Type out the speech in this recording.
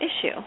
issue